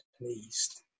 pleased